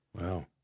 Wow